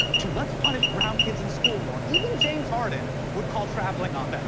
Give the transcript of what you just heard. to let's punish brown kids in school more. even james harden would call traveling on that.